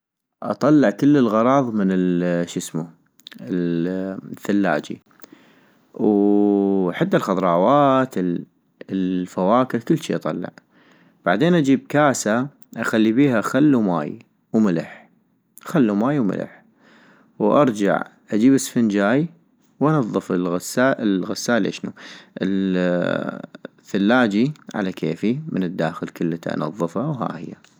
اطلع كل الغراض من الاشسمو- من الثلاجي، حتى الخضراوات الفواكه كلشي اطلع - بعدين اجيب كاسة اخلي بيها خل وماي وملح، وارجع اجيب اسفنجاي وانظف الغسالي- الغسالي اشنو، الثلاجي على كيفي من الداخل كلتا انظفا وهاهية